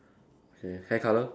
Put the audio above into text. okay hair colour